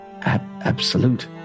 Absolute